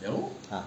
ah